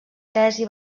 tesi